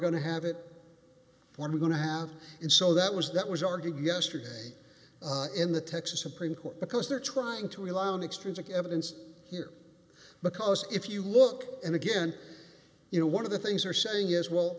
going to have it we're going to have it so that was that was argued yesterday in the texas supreme court because they're trying to rely on extrinsic evidence here because if you look and again you know one of the things are saying is well